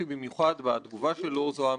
ביחד עם היועצת המשפטית לוועדה.